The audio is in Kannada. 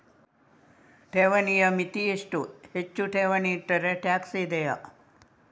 ಠೇವಣಿಯ ಮಿತಿ ಎಷ್ಟು, ಹೆಚ್ಚು ಠೇವಣಿ ಇಟ್ಟರೆ ಟ್ಯಾಕ್ಸ್ ಇದೆಯಾ?